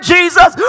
Jesus